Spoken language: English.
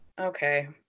okay